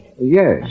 Yes